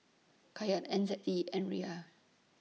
Kyat N Z D and Riyal